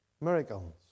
miracles